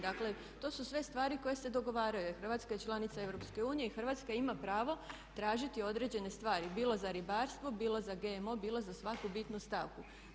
Dakle, to su sve stvari koje se dogovaraju jer Hrvatska je članica EU i Hrvatska ima pravo tražiti određene stvari, bilo za ribarstvo, bilo za GMO, bilo za svaku bitnu stavku.